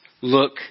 look